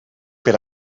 per